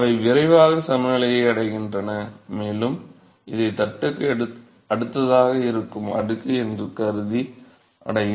அவை விரைவாக சமநிலையை அடைகின்றன மேலும் இது தட்டுக்கு அடுத்ததாக இருக்கும் அடுக்கு என்று கருதி அடையும்